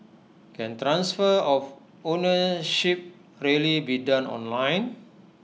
can of ownership really be done online